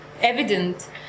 evident